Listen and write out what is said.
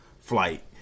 flight